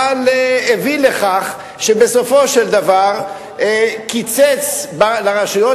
אבל הביא לכך שבסופו של דבר קיצץ לרשויות